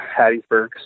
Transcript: Hattiesburg